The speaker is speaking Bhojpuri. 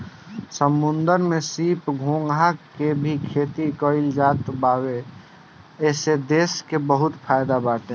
समुंदर में सीप, घोंघा के भी खेती कईल जात बावे एसे देश के बहुते फायदा बाटे